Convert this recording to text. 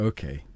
Okay